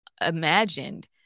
imagined